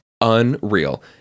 Unreal